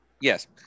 yes